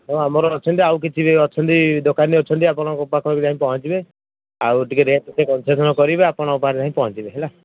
ହଁ ଆମର ଅଛନ୍ତି ଆଉ କିଛି ବି ଅଛନ୍ତି ଦୋକାନରେ ଅଛନ୍ତି ଆପଣଙ୍କର ପାଖରେ ଯାଇ ପହଞ୍ଚିବେ ଆଉ ଟିକେ ରେଟ୍ କନସେସନ୍ କରିବେ ଆପଣ ପାଖରେ ଯାଇ ପହଞ୍ଚିବେ ହେଲା